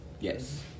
Yes